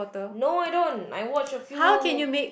no I don't I watch a few